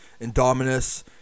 Indominus